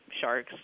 sharks